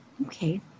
Okay